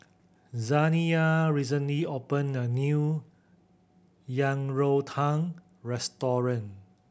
Zaniyah recently opened a new Yang Rou Tang restaurant